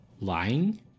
Lying